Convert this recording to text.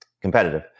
competitive